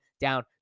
down